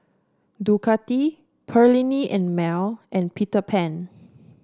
Ducati Perllini and Mel and Peter Pan